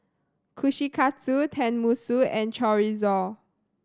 Kushikatsu Tenmusu and Chorizo